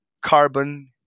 Carbon